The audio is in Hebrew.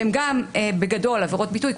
שהם גם בגדול עבירות ביטוי.